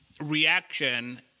reaction